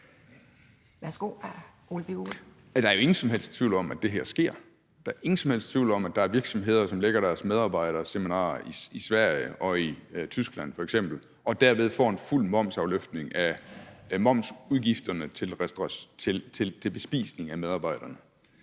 Der er ingen som helst tvivl om, at det her sker. Der er ingen som helst tvivl om, at der er virksomheder, som lægger deres medarbejderseminarer i Sverige og i Tyskland f.eks., og derved får en fuld momsafløftning af momsudgifterne til bespisning af medarbejderne.